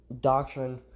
doctrine